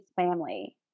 family